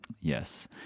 yes